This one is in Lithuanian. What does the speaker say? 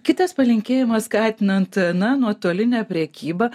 kitas palinkėjimas skatinant na nuotolinę prekybą